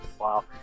wow